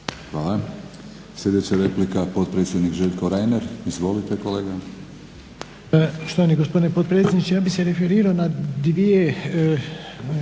Hvala. Sljedeća replika potpredsjednik Željko Reiner. Izvolite kolega. **Reiner, Željko (HDZ)** Štovani gospodine potpredsjedniče, ja bih se referirao na dvije